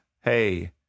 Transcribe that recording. hey